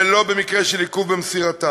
ולא במקרה של עיכוב במסירתה.